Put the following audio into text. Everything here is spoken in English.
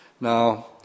Now